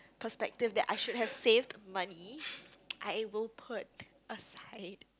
perspective that I should have saved money I able put aside